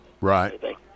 Right